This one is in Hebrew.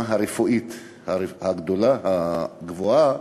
הרפואית הגבוהה